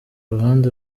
ruhande